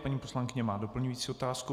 Paní poslankyně má doplňující otázku.